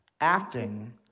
acting